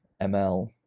ML